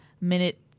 minute